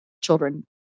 children